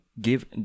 give